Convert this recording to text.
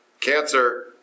cancer